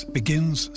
begins